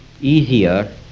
easier